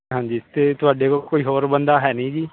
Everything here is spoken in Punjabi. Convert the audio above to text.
ਹਾਂਜੀ ਅਤੇ ਤੁਹਾਡੇ ਕੋਲ ਕੋਈ ਹੋਰ ਬੰਦਾ ਹੈ ਨਹੀਂ ਜੀ